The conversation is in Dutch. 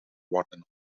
worden